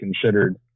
considered